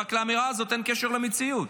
רק שלאמירה הזאת אין קשר למציאות.